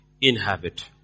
inhabit